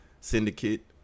Syndicate